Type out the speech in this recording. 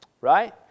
right